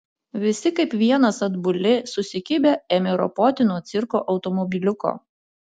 visi kaip vienas atbuli susikibę ėmė ropoti nuo cirko automobiliuko